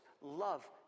Love